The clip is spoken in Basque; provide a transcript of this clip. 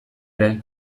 ere